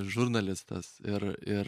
žurnalistas ir ir